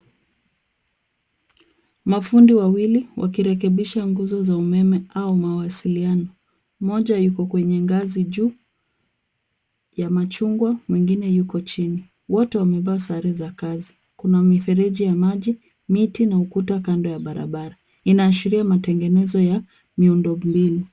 Mafundi wawili wakirekebisha nguzo za umeme au mawasiliano. Mmoja yuko kwenye ngazi juu ya machungwa, mwingine yuko chini. Wote wamevaa sare za kazi. Kuna mifereji ya maji, miti na ukuta kando ya barabara. Inaashiria matengenezo ya miundombinu.